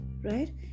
right